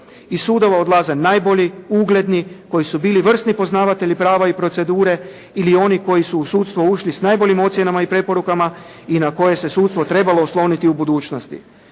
Iz sudova odlaze najbolji, ugledni koji su bili vrsni poznavatelji prava i procedure ili oni koji su u sudstvo ušli s najboljim ocjenama i preporukama i na koje se sudstvo trebalo osloniti u budućnosti.